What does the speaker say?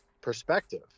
perspective